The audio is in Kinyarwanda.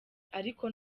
ariko